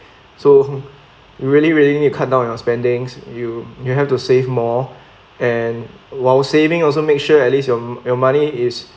so really really need to cut down your spendings you you'll have to save more and while saving also make sure at least your your money is